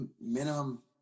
Minimum